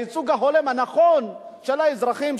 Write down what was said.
הייצוג ההולם והנכון של האזרחים,